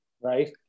Right